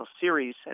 series